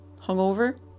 hungover